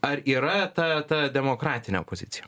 ar yra ta ta demokratinė opozicija